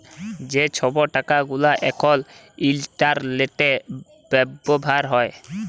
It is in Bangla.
যে ছব টাকা গুলা এখল ইলটারলেটে ব্যাভার হ্যয়